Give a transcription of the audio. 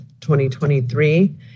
2023